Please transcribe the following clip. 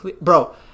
bro